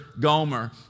Gomer